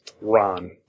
Ron